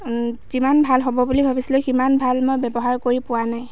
যিমান ভাল হ'ব বুলি ভাবিছিলোঁ সিমান ভাল মই ব্যৱহাৰ কৰি পোৱা নাই